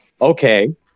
okay